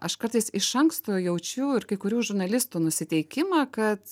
aš kartais iš anksto jaučiu ir kai kurių žurnalistų nusiteikimą kad